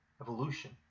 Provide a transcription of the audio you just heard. Evolution